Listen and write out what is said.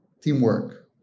teamwork